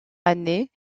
année